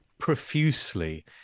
profusely